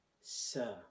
sir